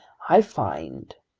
i find,